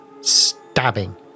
stabbing